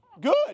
Good